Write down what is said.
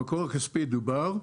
המקור הכספי דובר.